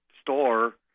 store